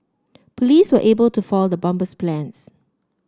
police were able to foil the bomber's plans